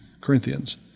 Corinthians